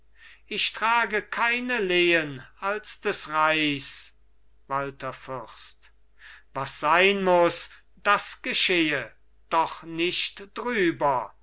ich trage keine lehen als des reichs walther fürst was sein muss das geschehe doch nicht drüber